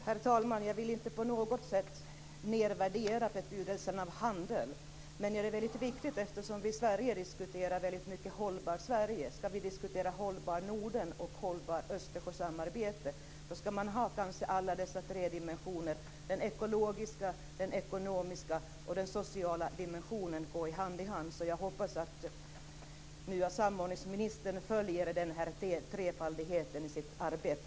Herr talman! Jag vill inte på något sätt nedvärdera betydelsen av handel. Men eftersom vi i Sverige diskuterar frågan om ett "hållbart Sverige" borde vi också diskutera ett "hållbart Norden" och ett "hållbart Östersjösamarbete". I det sammanhanget bör man ta med alla tre dimensioner - den ekologiska, den ekonomiska och den sociala dimensionen går ju hand i hand. Jag hoppas att den nye samordningsministern följer den här trefaldigheten i sitt arbete.